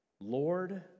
Lord